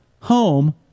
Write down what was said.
home